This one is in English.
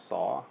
Saw